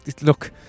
Look